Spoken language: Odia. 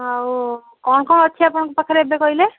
ଆଉ କଣ କଣ ଅଛି ଆପଣଙ୍କ ପାଖରେ ଏବେ କହିଲେ